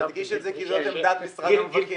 אני מדגיש את זה כי זאת עמדת משרד המבקר.